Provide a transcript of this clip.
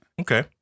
Okay